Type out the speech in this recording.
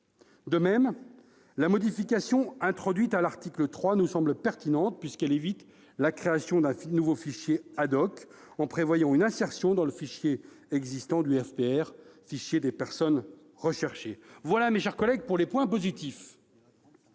De même, la modification introduite à l'article 3 nous semble pertinente, puisqu'elle évite la création d'un fichier en prévoyant une insertion dans le fichier des personnes recherchées. Voilà, mes chers collègues, pour les points positifs